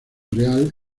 real